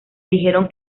dijeron